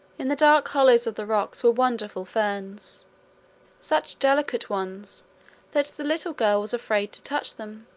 in the dark hollows of the rocks were wonderful ferns such delicate ones that the little girl was afraid to touch them.